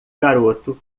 garoto